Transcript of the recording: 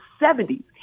70s